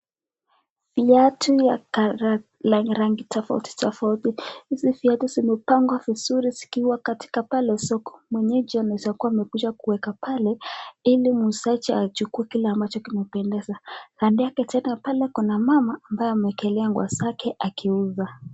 Viatu vya rangi tofauti tofauti, hizi viatu vimepangwa vizuri zikiwa katika pale sokoni. Mwenyeji anaweza kua amekuja kueka pale ili muuzaji achukue kile ambacho kinapendeza. Kando yake tena kuna mmama ambaye ameekelea nguo zake akiuza.